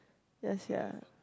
ya sia